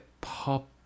pop